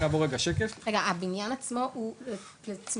רגע, הבניין עצמו הוא לצמיתות?